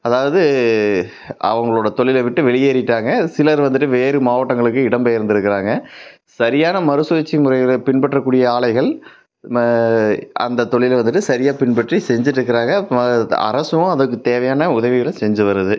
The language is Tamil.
அதாவது அவங்களோட தொழில விட்டு வெளியேறிவிட்டாங்க சிலர் வந்துவிட்டு வேறு மாவட்டங்களுக்கு இடம் பெயர்ந்திருக்கிறாங்க சரியான மறுசுழற்சி முறைகளை பின்பற்றக்கூடிய ஆலைகள் ம அந்தத் தொழில வந்துவிட்டு சரியாக பின்பற்றி செஞ்சிட்டுருக்கிறாங்க அரசும் அதற்குத் தேவையான உதவிகளை செஞ்சு வருது